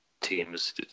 teams